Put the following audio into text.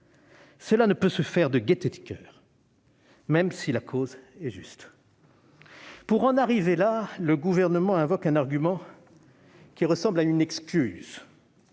Cela ne peut se faire de gaieté de coeur, même si la cause est juste. Pour en arriver là, le Gouvernement invoque un argument qui ressemble à une excuse